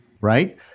Right